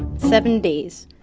seven days,